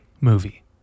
movie